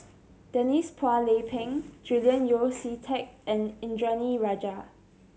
Denise Phua Lay Peng Julian Yeo See Teck and Indranee Rajah